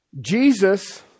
Jesus